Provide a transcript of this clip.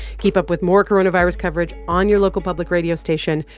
keep up with more coronavirus coverage on your local public radio station.